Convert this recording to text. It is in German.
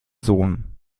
sohn